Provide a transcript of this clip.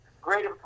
Great